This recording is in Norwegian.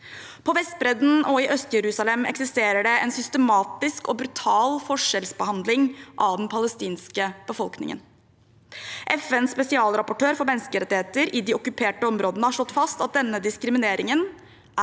På Vestbredden og i Øst-Jerusalem eksisterer det en systematisk og brutal forskjellsbehandling av den palestinske befolkningen. FNs spesialrapportør for menneskerettigheter i de okkuperte områdene har slått fast at denne diskrimineringen er